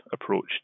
approach